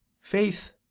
faith